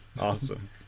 Awesome